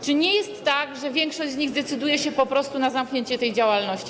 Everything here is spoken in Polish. Czy nie jest tak, że większość z nich zdecyduje się po prostu na zamknięcie tej działalności?